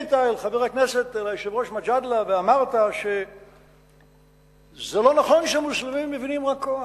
פנית אל היושב-ראש מג'אדלה ואמרת שזה לא נכון שהמוסלמים מבינים רק כוח.